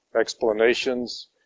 explanations